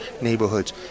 neighborhoods